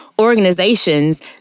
organizations